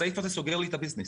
הסעיף הזה סוגר לי את הביזנס.